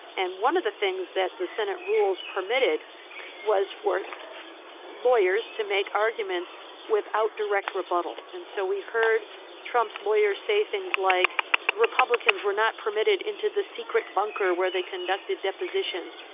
and one of the things that the senate rules permitted was for lawyers to make arguments without direct rebuttal. and so we heard trump's lawyers say things like republicans were not permitted into the secret bunker where they conducted depositions,